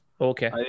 Okay